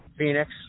Phoenix